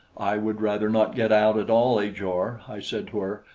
i would rather not get out at all, ajor, i said to her,